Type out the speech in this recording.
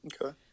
Okay